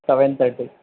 seven thirty